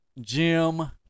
Jim